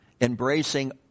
Embracing